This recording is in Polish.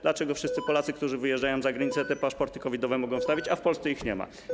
Dlaczego wszyscy Polacy, którzy wyjeżdżają za granicę, paszporty COVID-owe mogą wystawić, a w Polsce ich nie ma?